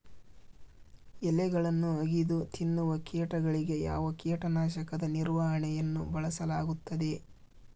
ಎಲೆಗಳನ್ನು ಅಗಿದು ತಿನ್ನುವ ಕೇಟಗಳಿಗೆ ಯಾವ ಕೇಟನಾಶಕದ ನಿರ್ವಹಣೆಯನ್ನು ಬಳಸಲಾಗುತ್ತದೆ?